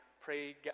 pray